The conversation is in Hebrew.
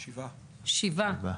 שבעה.